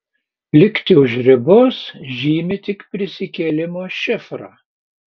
likti už ribos žymi tik prisikėlimo šifrą